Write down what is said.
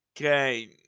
Okay